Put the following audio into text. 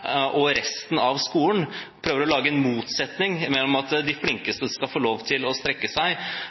og resten av skolen. Man prøver å lage en motsetning mellom det at de flinkeste skal få lov til å strekke seg,